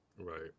Right